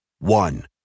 One